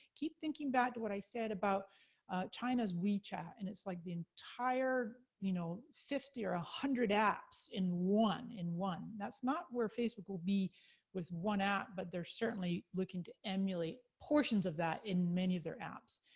keep thinking back to what i said about china's we chat, and it's like the entire, you know, fifty or a hundred apps in one, in one. that's not where facebook will be with one app, but they're certainly looking to emulate portions of that in many of their apps.